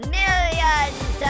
millions